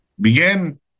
begin